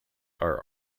are